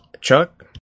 Chuck